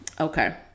Okay